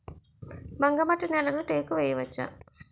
బంకమట్టి నేలలో టేకు వేయవచ్చా?